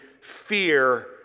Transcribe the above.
fear